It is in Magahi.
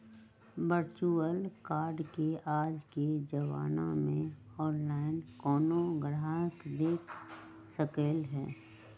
वर्चुअल कार्ड के आज के जमाना में ऑनलाइन कोनो गाहक देख सकलई ह